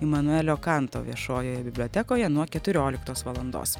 imanuelio kanto viešojoje bibliotekoje nuo keturioliktos valandos